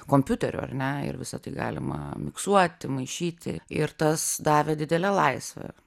kompiuterio ar ne ir visa tai galima miksuoti maišyti ir tas davė didelę laisvę